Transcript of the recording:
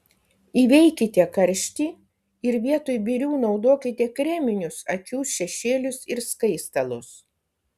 įveikite karštį ir vietoj birių naudokite kreminius akių šešėlius ir skaistalus